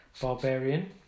Barbarian